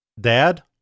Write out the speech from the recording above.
Dad